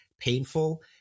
painful